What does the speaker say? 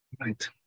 Right